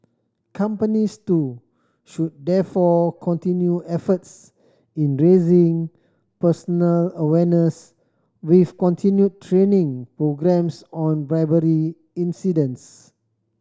companies too should therefore continue efforts in raising personal awareness with continued training programmes on bribery incidents